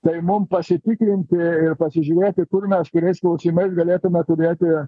tai mum pasitikrinti ir pasižiūrėti kur mes kuriais klausimais galėtume turėti